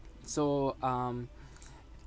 so um